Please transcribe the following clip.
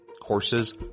courses